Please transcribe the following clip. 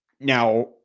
now